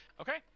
Okay